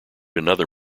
another